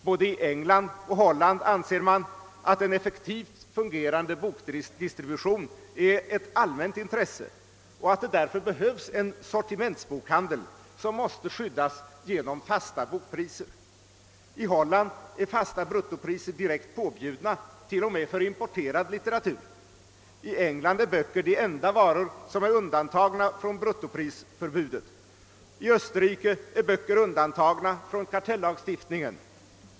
Både i Holland och England anser man att en effektivt fungerande bokdistribution är ett allmänt intresse och att det därför behövs en sortimentsbokhandel som måste skyddas genom fasta bokpriser. I Holland är fasta bruttopriser direkt påbjudna, t.o.m. för importerad litteratur. I England är böcker de enda varor som är undantagna från bruttoprisförbud. I Österrike är böcker undantagna från kartellagstiftningen.